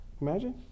Imagine